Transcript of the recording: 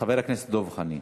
חבר הכנסת דב חנין,